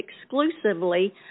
exclusively